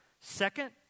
Second